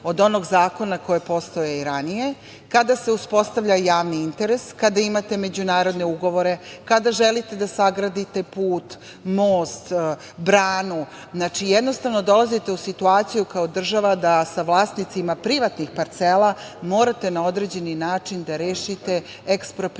od onog zakona koji je postojao i ranije. Kada se uspostavlja javni interes, kada imate međunarodne ugovore, kada želite da sagradite put, most, branu jednostavno dolazite u situaciju kao država da sa vlasnicima privatnih parcela morate na određeni način da rešite eksproprijaciju.